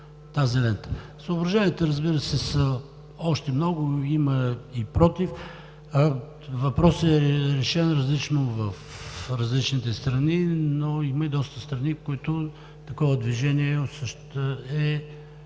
Съображенията, разбира се, са още много, има и против. Въпросът е решен различно в различните страни, но има и доста страни, в които такова движение е